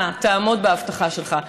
אנא, תעמוד בהבטחה שלך.